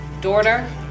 daughter